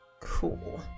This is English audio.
Cool